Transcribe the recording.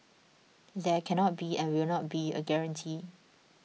there cannot be and will not be a guarantee